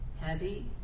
Heavy